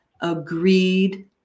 agreed